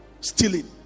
Stealing